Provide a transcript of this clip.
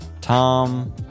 Tom